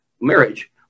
marriage